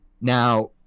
Now